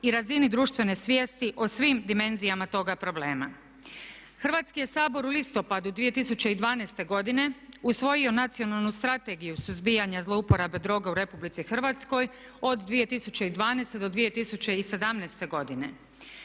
i razini društvene svijesti o svim dimenzijama toga problema. Hrvatski je Sabor u listopadu 2012. godine usvojio Nacionalnu strategiju suzbijanja zlouporabe droga u Republici Hrvatskoj od 2012. do 2017. godine.